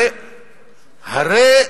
הרי